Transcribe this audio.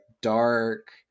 dark